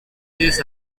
this